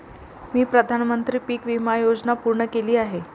मी प्रधानमंत्री पीक विमा योजना पूर्ण केली आहे